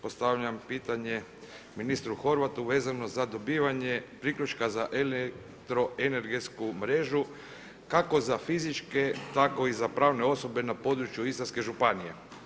Postavljam pitanje ministru Horvatu vezano za dobivanje priključka za elektroenergetsku mrežu kako za fizičke tako i za pravne osobe na području Istarske županije.